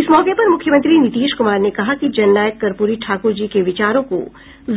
इस मौके पर मुख्यमंत्री नीतीश कुमार ने कहा कि जननायक कर्प्री ठाक्रजी के विचारों को